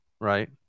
Right